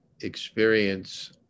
experience